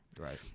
Right